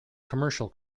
commercial